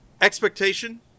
expectation